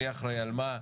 מי אחראי על מה,